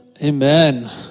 Amen